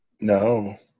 No